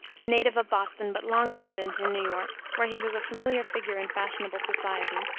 a native of boston, but long resident in new york, where he was a familiar figure in fashionable society,